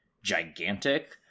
gigantic